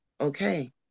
okay